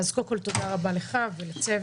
אז קודם כל תודה רבה לך ולצוות.